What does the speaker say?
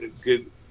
good